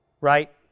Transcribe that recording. right